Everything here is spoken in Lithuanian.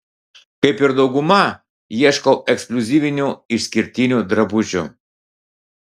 kaip ir dauguma ieškau ekskliuzyvinių išskirtinių drabužių